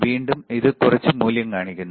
വീണ്ടും ഇത് കുറച്ച് മൂല്യം കാണിക്കുന്നു